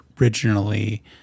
originally